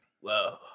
Whoa